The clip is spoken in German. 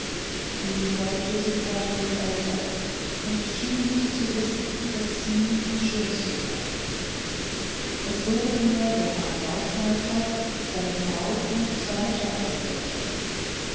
sie folgte sittsam ihren eltern und schien nicht zu wissen daß sie die schönste sei es wurden mir der herr forstmeister seine frau und seine tochter vorgestellt